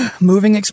Moving